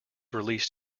released